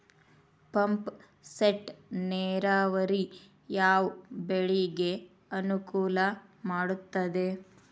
Pump set ನೇರಾವರಿ ಯಾವ್ ಬೆಳೆಗೆ ಅನುಕೂಲ ಮಾಡುತ್ತದೆ?